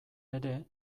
ere